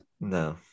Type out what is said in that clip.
no